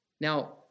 Now